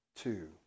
Two